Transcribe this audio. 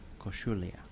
Koshulia